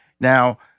Now